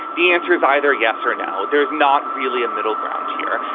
the answer is either yes or no. there is not really a middle ground here.